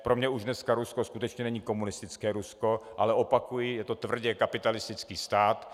Pro mě už dneska Rusko skutečně není komunistické Rusko, ale opakuji, je to tvrdě kapitalistický stát.